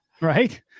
Right